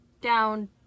down